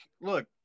look